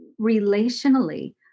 relationally